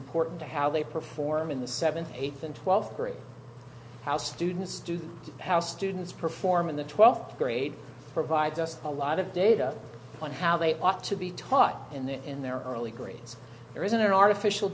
important to how they perform in the seventh eighth and twelve great how students do how students perform in the twelfth grade provides us a lot of data on how they ought to be taught in their in their early grades there is an artificial